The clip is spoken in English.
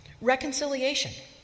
Reconciliation